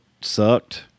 sucked